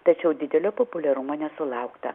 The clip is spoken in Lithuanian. tačiau didelio populiarumo nesulaukta